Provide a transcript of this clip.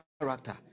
character